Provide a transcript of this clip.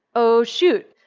oh shoot!